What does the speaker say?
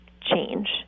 change